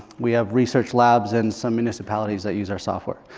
we have research labs and some municipalities that use our software.